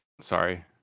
Sorry